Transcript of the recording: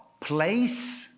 place